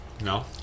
No